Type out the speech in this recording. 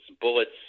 Bullets